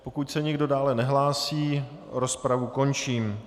Pokud se nikdo dále nehlásí, rozpravu končím.